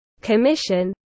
Commission